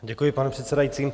Děkuji, pane předsedající.